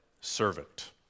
servant